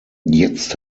jetzt